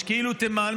יש כאילו תימן,